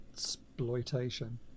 exploitation